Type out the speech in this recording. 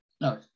No